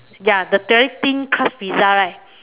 ya the very thin crust pizza right